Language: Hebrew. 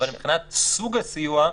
אבל מבחינת סוג הסיוע,